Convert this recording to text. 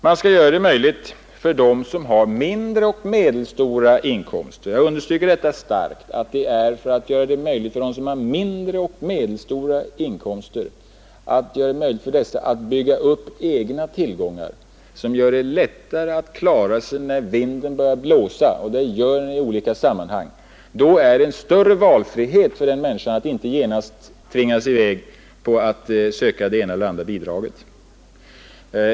Man skall göra det möjligt för dem som har mindre och medelstora inkomster — jag understryker detta starkt — att bygga upp egna tillgångar, som gör det lättare för dem att klara sig när vinden börjar blåsa. Det innebär en större valfrihet för en människa att inte genast tvingas i väg för att söka det ena eller andra bidraget.